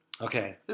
Okay